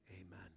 Amen